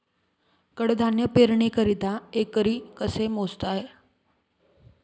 कडधान्य पेरणीकरिता एकरी कसे मोजमाप करता येईल?